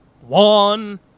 one